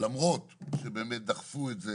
למרות שבאמת דחפו את זה